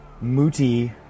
Muti